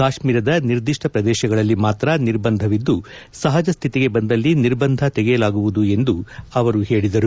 ಕಾಶ್ಮೀರದ ನಿರ್ದಿಷ್ನ ಪ್ರದೇಶಗಳಲ್ಲಿ ಮಾತ್ರ ನಿರ್ಬಂಧವಿದ್ದು ಸಹಜಸ್ಡಿತಿಗೆ ಬಂದಲ್ಲಿ ನಿರ್ಬಂಧ ತೆಗೆಯಲಾಗುವುದು ಎಂದು ಹೇಳಿದರು